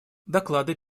доклады